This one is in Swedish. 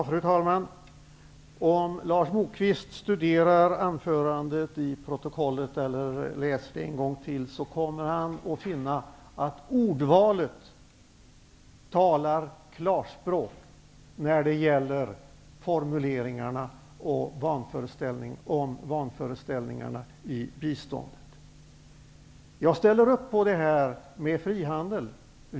Fru talman! Om Lars Moquist studerar sitt anförande i protokollet eller läser det en gång till kommer han att finna att ordvalet talar klarspråk och förklarar mina formuleringar om vanföreställningar kring biståndet. Jag ställer upp på det Lars Moquist säger om frihandeln.